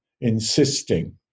insisting